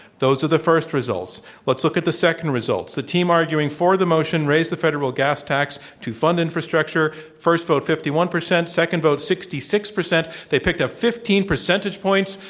those are the first results. let's look at the second results. the team arguing for the motion, raise the federal gas tax to fund infrastructure, first vote, fifty one percent, second vote sixty six percent. they picked up fifteen percentage points.